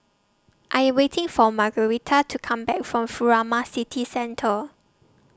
I waiting For Margarete to Come Back from Furama City Centre